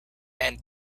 and